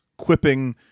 quipping